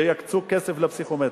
שיקצו כסף לפסיכומטרי.